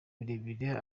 birebire